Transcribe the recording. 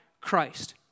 Christ